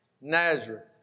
Nazareth